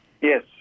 Yes